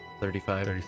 thirty-five